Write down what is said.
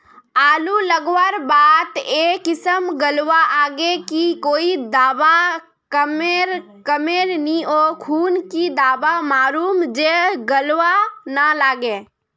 आलू लगवार बात ए किसम गलवा लागे की कोई दावा कमेर नि ओ खुना की दावा मारूम जे गलवा ना लागे?